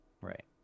Right